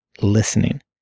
listening